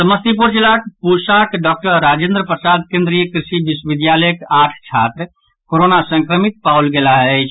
समस्तीपुर जिलाक पूसाक डॉक्टर राजेन्द्र प्रसाद केन्द्रीय कृषि विश्वविद्यालयक आठ छात्र कोरोना संक्रमित पाओल गेलाह अछि